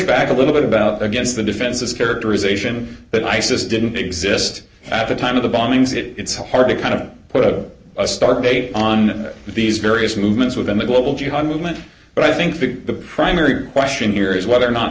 back a little bit about against the defenses characterization that isis didn't exist at the time of the bombings it it's hard to kind of put a start date on these various movements within the global jihad movement but i think the primary question here is whether or not